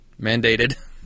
mandated